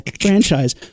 franchise